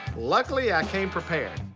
luckily i came prepared.